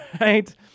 right